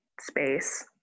space